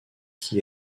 qui